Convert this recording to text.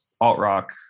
alt-rock